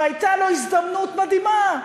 והייתה לו הזדמנות מדהימה,